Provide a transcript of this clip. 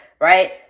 right